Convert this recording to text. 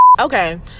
Okay